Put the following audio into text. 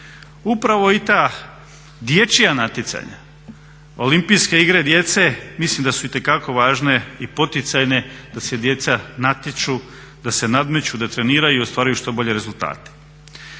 Upravo i ta dječja natjecanja, olimpijske igre djece mislim da su itekako važne i poticajne da se djeca natječu, da se nadmeću, da treniraju i ostvaruju što bolje rezultate.